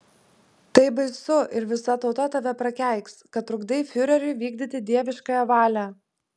tai baisu ir visa tauta tave prakeiks kad trukdai fiureriui vykdyti dieviškąją valią